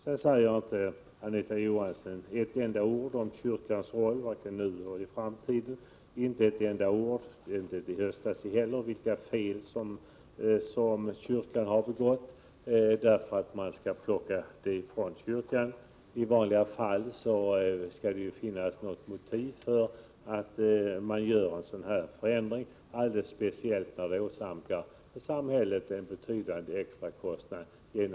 Anita Johansson säger inte ett enda ord om kyrkans roll, varken nu eller i framtiden. Hon sade inte enda ord heller om vilka fel kyrkan har begått för att man skall plocka folkbokföringen från kyrkan. I vanliga fall skall det finnas något motiv för att göra en sådan här förändring, speciellt när förändringen åsamkar samhället en betydande extra kostnad.